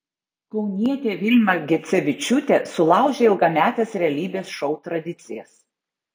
kaunietė vilma gecevičiūtė sulaužė ilgametes realybės šou tradicijas